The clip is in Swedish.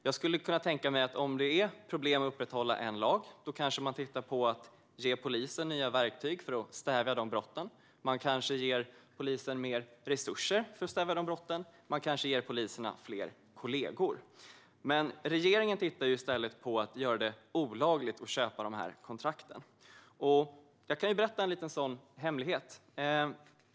Jag skulle kunna tänka mig att om det är problem att upprätthålla en lag kanske man ser över om polisen ska få nya verktyg för att stävja dessa brott. Man kanske ger polisen mer resurser för att stävja dessa brott. Man kanske ger polisen fler kollegor. Men regeringen ser i stället över om det ska göras olagligt att köpa dessa kontrakt. Jag kan berätta en liten hemlighet.